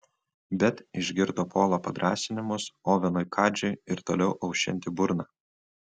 bet išgirdo polo padrąsinimus ovenui kadžiui ir toliau aušinti burną